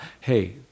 hey